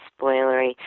spoilery